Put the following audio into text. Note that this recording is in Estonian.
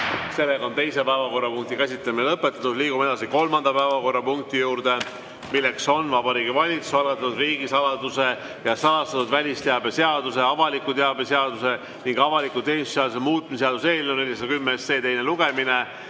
võetud. Teise päevakorrapunkti käsitlemine on lõpetatud. Liigume edasi kolmanda päevakorrapunkti juurde, milleks on Vabariigi Valitsuse algatatud riigisaladuse ja salastatud välisteabe seaduse, avaliku teabe seaduse ning avaliku teenistuse seaduse muutmise seaduse eelnõu 410 teine lugemine.